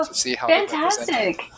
Fantastic